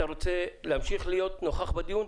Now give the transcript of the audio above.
אתה רוצה להמשיך להיות נוכח בדיון?